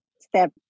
step